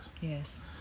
Yes